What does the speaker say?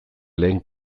lehen